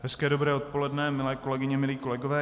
Hezké dobré odpoledne, milé kolegyně, milí kolegové.